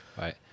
right